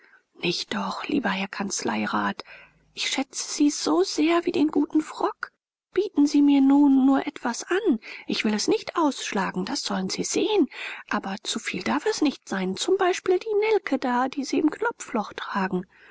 nicht doch lieber herr kanzleirat ich schätze sie so sehr wie den guten frock bieten sie mir nun nur etwas an ich will es nicht ausschlagen das sollen sie sehen aber zuviel darf es nicht sein zum beispiel die nelke da die sie im knopfloch tragen